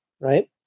right